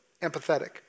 empathetic